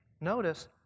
Notice